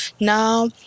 now